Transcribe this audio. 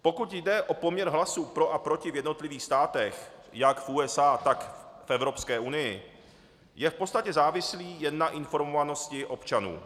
Pokud jde o poměr hlasů pro a proti v jednotlivých státech jak v USA, tak v Evropské unii, je v podstatě závislý jen na informovanosti občanů.